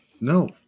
no